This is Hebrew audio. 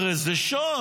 הרי זה שוד.